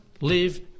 live